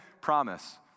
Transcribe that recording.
promise